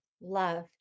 love